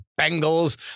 Bengals